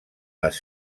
les